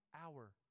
hour